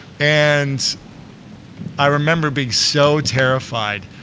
and i remember being so terrified,